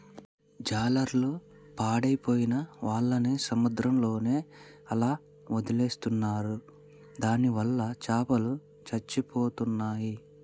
జాలర్లు పాడైపోయిన వాళ్ళని సముద్రంలోనే అలా వదిలేస్తున్నారు దానివల్ల చాపలు చచ్చిపోతున్నాయి